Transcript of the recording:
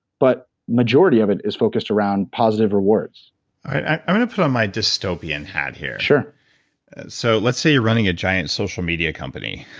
but majority of it is focused around positive rewards i'm going to put on my dystopian hat here sure so let's say you're running a giant social media company